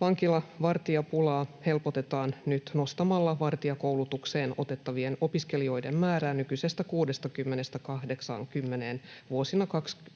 vankiloiden vartijapulaa helpotetaan nyt nostamalla vartijakoulutukseen otettavien opiskelijoiden määrää nykyisestä 60:stä 80:een vuosina 2021–2023.